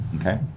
okay